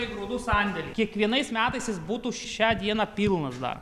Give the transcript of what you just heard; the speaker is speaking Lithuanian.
į grūdų sandėlį kiekvienais metais jis būtų šią dieną pilnas dar